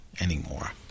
anymore